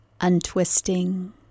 Untwisting